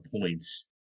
points